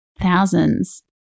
thousands